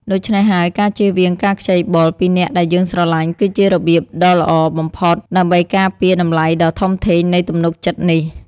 ដូច្នេះហើយ ការជៀសវាងការខ្ចីបុលពីអ្នកដែលយើងស្រឡាញ់ គឺជារបៀបដ៏ល្អបំផុតដើម្បីការពារតម្លៃដ៏ធំធេងនៃទំនុកចិត្តនេះ។